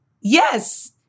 Yes